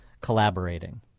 collaborating